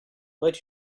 where